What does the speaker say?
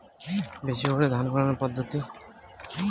বেশি করে ধান ফলানোর পদ্ধতি?